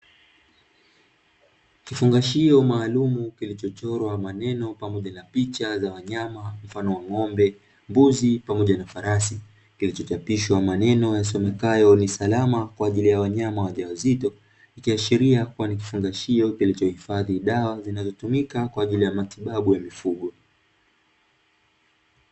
Kifungashio maalumu kilichochorwa maneno pamoja na picha za wanyama mfano wa ng'ombe mbuzi pamoja na farasi; kilichochapishwa maneno yasomekayo "ni salama kwa ajili ya wanyama wajawazito", ikiashiria kuwa ni kifungashio kilichohifadhi dawa zinazotumika kwa ajili ya matibabu ya mifugo.